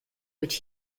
which